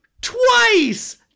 twice